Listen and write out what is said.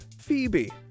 Phoebe